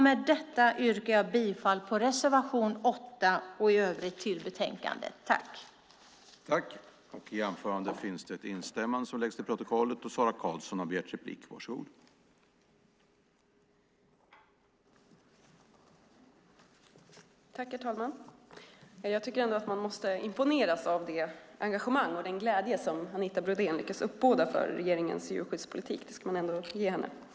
Med detta yrkar jag bifall till reservation 8 och i övrigt till utskottets förslag i betänkandet.